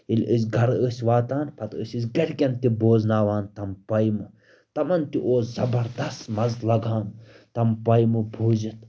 ییٚلہِ أسۍ گرٕ ٲسۍ واتان پتہٕ ٲسۍ أسۍ گَرکٮ۪ن تہِ بوزناوان تِم پایمہٕ تِمَن تہِ اوس زبردست مَزٕ لگان تِم پایمہٕ بوٗزِتھ